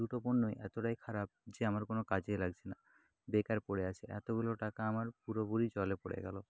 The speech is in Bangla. দুটো পণ্যই এতটাই খারাপ যে আমার কোনও কাজে লাগছে না বেকার পড়ে আছে এতগুলো টাকা আমার পুরোপুরি জলে পড়ে গেল